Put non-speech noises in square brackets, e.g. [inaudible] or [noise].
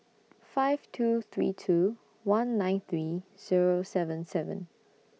five two three two one nine three Zero seven seven [noise]